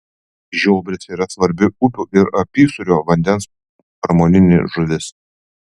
žiobris yra svarbi upių ir apysūrio vandens pramoninė žuvis